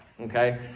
okay